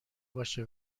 باشه